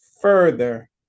further